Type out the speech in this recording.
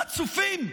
חצופים.